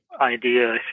idea